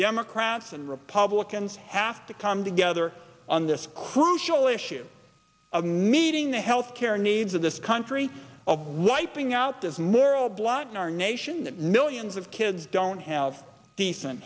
democrats and republicans have to come together on this crucial issue of meeting the health care needs of this country of wiping out this moral blot in our nation that millions of kids don't have decent